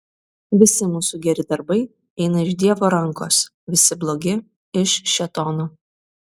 visi mūsų geri darbai eina iš dievo rankos visi blogi iš šėtono